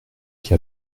qui